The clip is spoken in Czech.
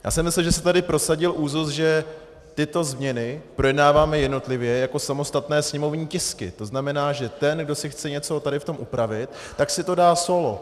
Já jsem myslel, že se tady prosadil úzus, že tyto změny projednáváme jednotlivě jako samostatné sněmovní tisky, to znamená, že ten, kdo si chce něco tady v tom upravit, tak si to dá sólo.